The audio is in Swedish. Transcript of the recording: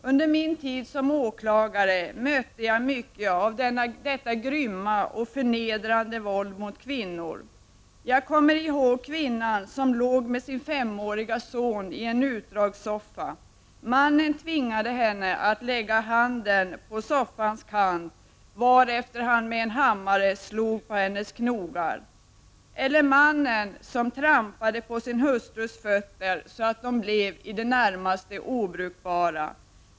Under min tid som åklagare mötte jag mycket av detta grymma och förnedrande våld mot kvinnor. Jag kommer ihåg kvinnan som låg med sin femårige son i en utdragssoffa. Mannen tvingade henne att lägga handen på soffans kant, varefter han med en hammare slog på hennes knogar. Eller mannen som trampade på sin hustrus fötter, så att de blev i det närmaste obrukbara.